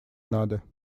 надо